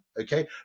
Okay